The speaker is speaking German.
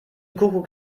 kuckuck